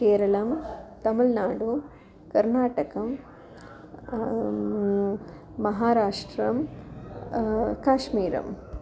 केरळं तमिळ्नाडु कर्नाटकः महाराष्ट्रम् काश्मीरम्